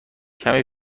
کمی